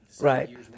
Right